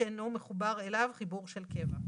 שאיננו מחובר אליו חיבור של קבע.